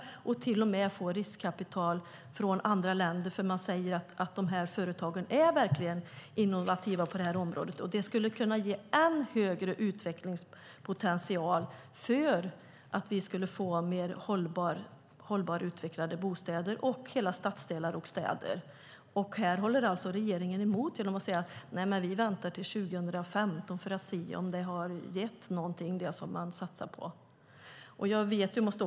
De får till och med riskkapital från andra länder. Man säger att dessa företag verkligen är innovativa på området. Det skulle kunna ge än högre utvecklingspotential så att vi skulle få mer bostäder som är hållbart utvecklade och hela stadsdelar och städer. Här håller regeringen emot genom att säga: Vi väntar till 2015 för att se om det som man satsar på har gett någonting.